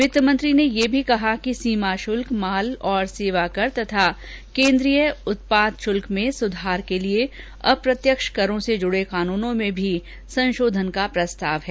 वित्तमंत्री ने यह भी कहा कि सीमा शुल्क माल और सेवाकर तथा केन्द्रीय उत्पाद शुल्क में सुधार के लिए अप्रत्यक्ष करों से जुड़े कानूनों में भी संशोधन का प्रस्ताव है